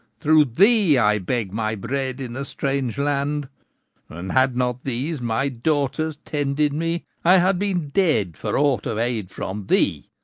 through thee i beg my bread in a strange land and had not these my daughters tended me i had been dead for aught of aid from thee.